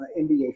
NBA